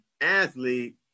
athlete